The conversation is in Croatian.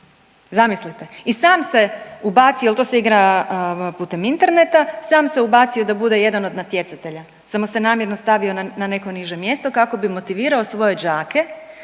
zamislite i sam se ubacio jer to se igra putem interneta, sam se ubacio da bude jedan od natjecatelja, samo se namjerno stavio na neko niže mjesto kako bi motivirao svoje đake